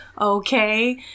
okay